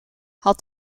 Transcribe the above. had